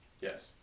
Yes